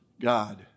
God